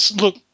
look